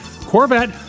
Corvette